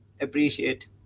Appreciate